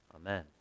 amen